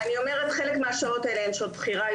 אני אומרת שחלק מהשעות האלה הן שעות בחירה,